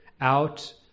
out